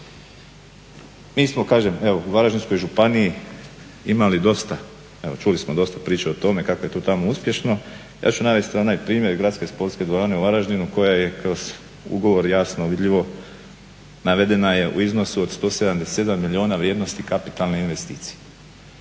Mi smo kažem, evo u Varaždinskoj županiji imali dosta, evo čuli smo dosta priča o tome kako je tu i tamo uspješno. Ja ću navesti ona primjer gradske sportske dvorane u Varaždinu koja je kroz ugovor jasno vidljivo, navedena je u iznosu od 177 milijuna vrijednosti kapitalne investicije.